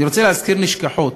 אני רוצה להזכיר נשכחות: